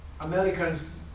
Americans